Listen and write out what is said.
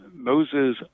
Moses